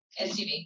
SUV